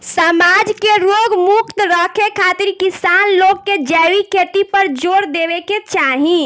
समाज के रोग मुक्त रखे खातिर किसान लोग के जैविक खेती पर जोर देवे के चाही